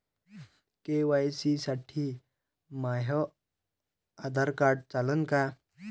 KYC साठी माह्य Aadhaar card चालन का?